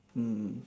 mm mm